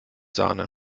sahne